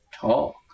talk